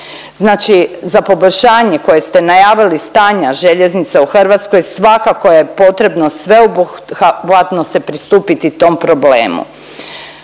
Znači za poboljšanje koje ste najavili stanja željeznica u Hrvatskoj svakako je potrebno sveobuhvatno se pristupiti tom problemu,